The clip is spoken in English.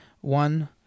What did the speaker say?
one